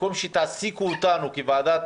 במקום שתעסיקו אותנו כוועדת